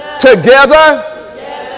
Together